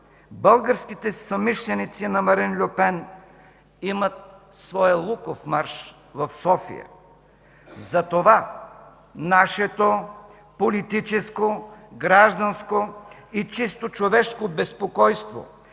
българските съмишленици на Марин Льо Пен имат своя Луковмарш в София? Затова нашето политическо, гражданско и чисто човешко безпокойство